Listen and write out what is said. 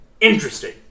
Interesting